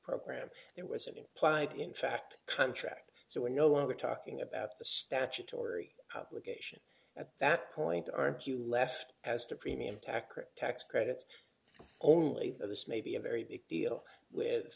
program there was an implied in fact contract so we're no longer talking about the statutory obligation at that point are you left as to premium tack or tax credits only of this may be a very big deal with